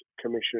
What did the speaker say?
Commission